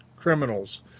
criminals